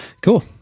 Cool